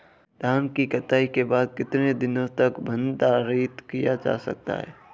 धान की कटाई के बाद कितने दिनों तक भंडारित किया जा सकता है?